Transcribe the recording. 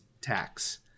tax